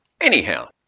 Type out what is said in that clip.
Anyhow